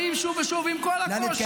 באים שוב ושוב עם כל הקושי.